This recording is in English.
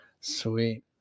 Sweet